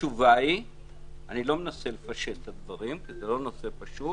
אני לא מנסה לפשט את הדברים כי זה לא נושא פשוט.